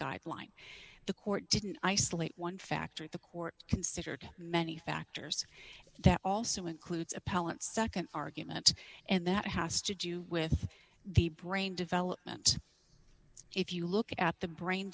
guideline the court didn't isolate one factor at the court considered many factors that also includes appellant nd argument and that has to do with the brain development if you look at the brain